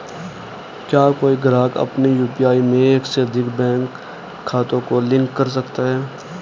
क्या कोई ग्राहक अपने यू.पी.आई में एक से अधिक बैंक खातों को लिंक कर सकता है?